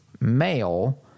male